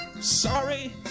sorry